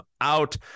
out